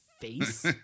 face